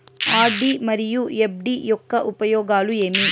RD మరియు FD యొక్క ఉపయోగాలు ఏమి?